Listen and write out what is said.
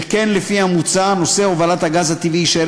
שכן מוצע כי נושא הובלת הגז הטבעי יישאר